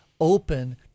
open